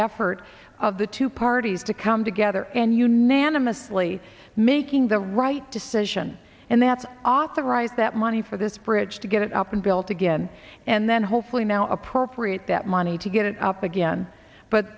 effort of the two parties to come together and unanimously making the right decision and that authorized that money for this bridge to get it up and built again and then hopefully now appropriate that money to get it up again but